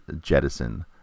jettison